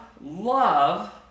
love